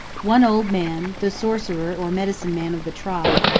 one old man, the sorcerer or medicine man of the tribe,